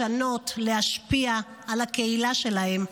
לשנות ולהשפיע על הקהילה שלהם,